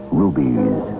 rubies